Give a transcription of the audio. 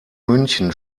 münchen